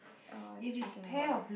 oh it's drinking water